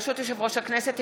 ברשות יושב-ראש הכנסת,